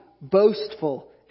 boastful